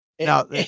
Now